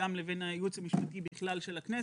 גם בין הייעוץ המשפטי בכלל של הכנסת,